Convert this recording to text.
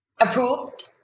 approved